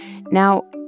Now